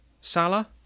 Salah